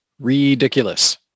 ridiculous